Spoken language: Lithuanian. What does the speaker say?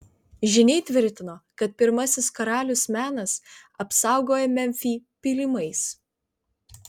žyniai tvirtino kad pirmasis karalius menas apsaugojo memfį pylimais